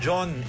John